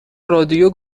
رادیو